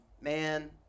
man